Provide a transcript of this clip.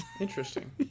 Interesting